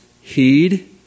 heed